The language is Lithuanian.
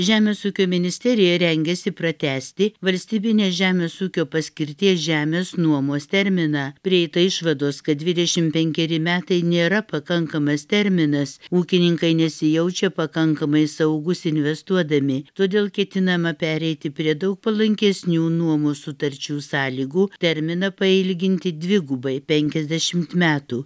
žemės ūkio ministerija rengiasi pratęsti valstybinės žemės ūkio paskirties žemės nuomos terminą prieita išvados kad dvidešimt penkeri metai nėra pakankamas terminas ūkininkai nesijaučia pakankamai saugūs investuodami todėl ketinama pereiti prie daug palankesnių nuomos sutarčių sąlygų terminą pailginti dvigubai penkiasdešimt metų